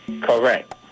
Correct